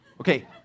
Okay